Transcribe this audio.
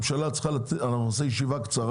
רמון הוא בטווח של יותר מ-15 ק"מ.